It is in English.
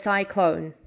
Cyclone